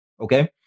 okay